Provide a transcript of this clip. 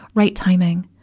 right timing.